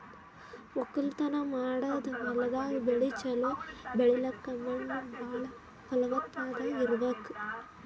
ವಕ್ಕಲತನ್ ಮಾಡದ್ ಹೊಲ್ದಾಗ ಬೆಳಿ ಛಲೋ ಬೆಳಿಲಕ್ಕ್ ಮಣ್ಣ್ ಭಾಳ್ ಫಲವತ್ತಾಗ್ ಇರ್ಬೆಕ್